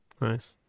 Nice